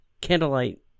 Candlelight